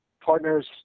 partners